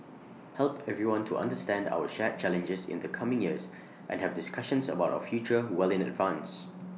help everyone to understand our shared challenges in the coming years and have discussions about our future well in advance